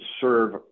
serve